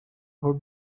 her